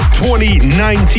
2019